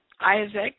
Isaac